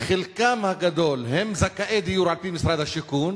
חלקם הגדול הם זכאי דיור על-פי משרד השיכון,